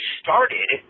started